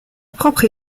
propre